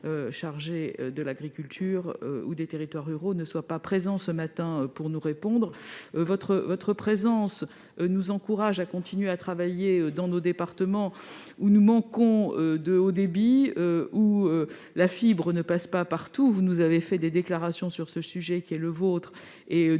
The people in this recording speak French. chargé de la ruralité ne soient pas présents ce matin pour nous répondre. Votre présence nous encourage à continuer de travailler dans nos départements, où nous manquons de haut débit et où la fibre ne passe pas partout. Vous nous avez fait des déclarations sur ce sujet, qui est le vôtre. Nous